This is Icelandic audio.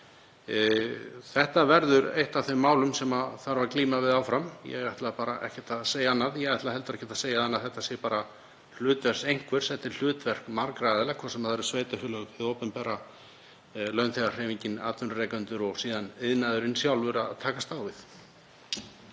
Þetta verður eitt af þeim málum sem þarf að glíma við áfram. Ég ætla ekkert að segja annað. Ég ætla heldur ekki að segja að þetta sé hlutverk einhvers, þetta er hlutverk margra aðila, hvort sem það eru sveitarfélög, hið opinbera, launþegahreyfingin, atvinnurekendur og síðan iðnaðurinn sjálfur, að takast á við.